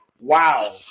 Wow